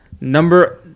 Number